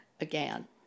again